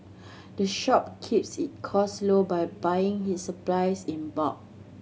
the shop keeps it cost low by buying its supplies in bulk